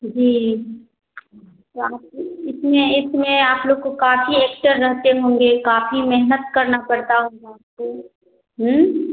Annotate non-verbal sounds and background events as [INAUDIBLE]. जी [UNINTELLIGIBLE] इसमें इसमें आप लोग को काफ़ी एक्टर रहते होंगे काफ़ी मेहनत करना पड़ता होगा तो